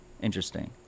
Interesting